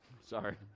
Sorry